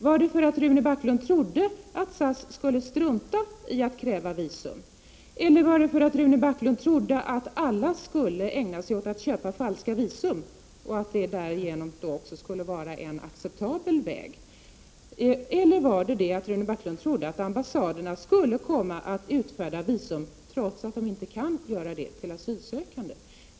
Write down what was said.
Trodde Rune Backlund att SAS skulle strunta i att kräva visum, trodde Rune Backlund att alla skulle ägna sig åt att köpa falskt visum och att detta därigenom skulle utgöra en acceptabel väg eller trodde Rune Backlund att ambassaderna skulle utfärda visum till asylsökande trots att de inte har någon befogenhet till det?